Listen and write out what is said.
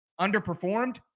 underperformed